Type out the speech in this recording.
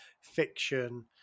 fiction